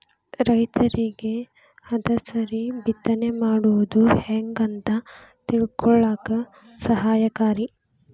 ರೈತರಿಗೆ ಹದಸರಿ ಬಿತ್ತನೆ ಮಾಡುದು ಹೆಂಗ ಅಂತ ತಿಳಕೊಳ್ಳಾಕ ಸಹಾಯಕಾರಿ